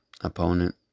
opponent